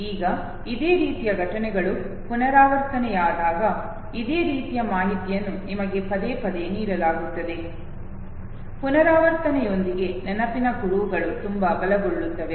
ಈಗ ಇದೇ ರೀತಿಯ ಘಟನೆಗಳು ಪುನರಾವರ್ತನೆಯಾದಾಗ ಇದೇ ರೀತಿಯ ಮಾಹಿತಿಯನ್ನು ನಿಮಗೆ ಪದೇ ಪದೇ ನೀಡಲಾಗುತ್ತದೆ ಪುನರಾವರ್ತನೆಯೊಂದಿಗೆ ನೆನಪಿನ ಕುರುಹುಗಳು ತುಂಬಾ ಬಲಗೊಳ್ಳುತ್ತವೆ